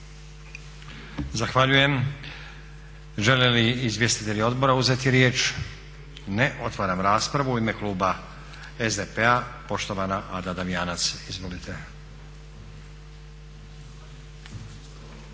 Zahvaljujem. Žele li izvjestitelji odbora uzeti riječ? Ne. Otvaram raspravu. U ime kluba SDP-a poštovana Ada Damjanac. Izvolite.